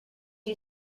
you